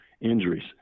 injuries